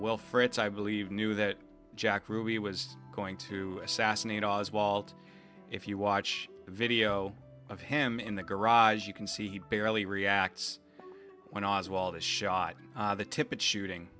will fritz i believe knew that jack ruby was going to assassinate oswald if you watch the video of him in the garage you can see he barely reacts when oswald is shot in the tippit shooting